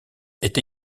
est